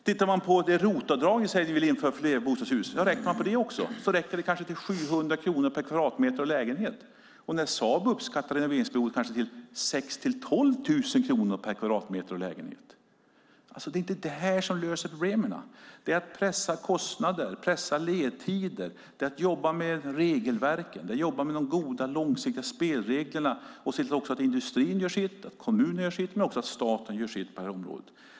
Räknar man på det ROT-avdrag ni vill införa för flerbostadshus räcker det till 700 kronor per kvadratmeter och lägenhet, men Sabo uppskattar renoveringsbehovet till 6 000-12 000 kronor per kvadratmeter och lägenhet. Detta löser inte problemen, utan det gäller att pressa kostnader och ledtider och att jobba med regelverken och de goda långsiktiga spelreglerna. Vi måste se till att industrin och kommunerna gör sitt men också att staten gör sitt på detta område.